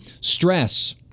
stress